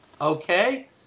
okay